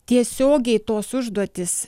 tiesiogiai tos užduotys